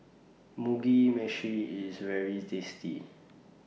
Mugi Meshi IS very tasty